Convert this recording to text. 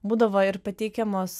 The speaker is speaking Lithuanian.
būdavo ir pateikiamos